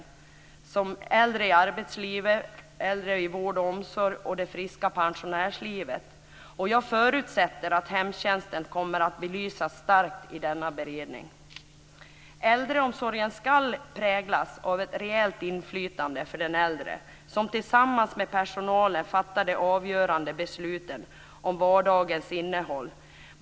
Det gäller äldre i arbetslivet, äldre i vård och omsorg och det friska pensionärslivet. Jag förutsätter att hemtjänsten kommer att belysas starkt i denna beredning. Äldreomsorgen ska präglas av ett rejält inflytande för den äldre, som tillsammans med personalen fattar de avgörande besluten om vardagens innehåll.